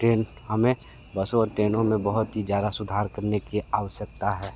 train हमें बसों और ट्रेनों में बहुत ही ज़्यादा सुधार करने की आवश्यकता है